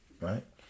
Right